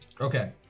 Okay